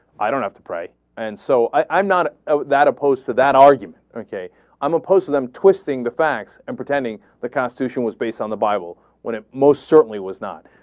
i don't have to pray and so i'm not ah that opposed to that argument. okay i'm opposed to them twisting the facts and pretending the constitution was based on the bible when it most certainly was not.